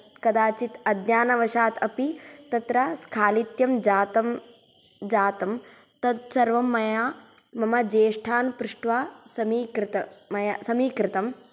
कदाचित् अज्ञानवशात् अपि तत्र स्खालित्यं जातं जातं तत्सर्वं मया मम ज्येष्ठान् पृष्ट्वा समीकृत मया समीकृतम्